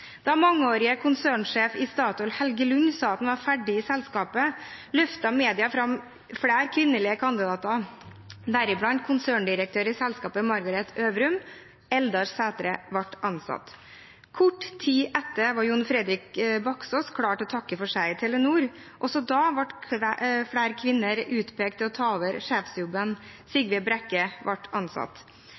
Da mangeårig konsernsjef i Statoil Helge Lund sa at han var ferdig i selskapet, løftet media fram flere kvinnelige kandidater – deriblant konserndirektør i selskapet, Margareth Øvrum. Eldar Sætre ble ansatt. Kort tid etter var Jon Fredrik Baksaas klar til å takke for seg i Telenor. Også da ble flere kvinner utpekt til å ta over sjefsjobben. Sigve Brekke ble ansatt.